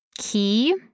key